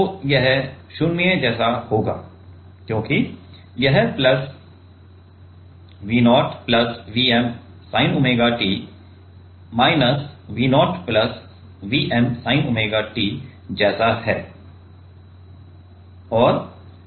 तो यह 0 जैसा होगा क्योंकि यह प्लस V0 प्लस माइनस जैसा है